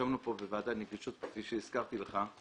ישבנו פה בוועדה לנגישות, כפי שהזכרתי לך,